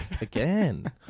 again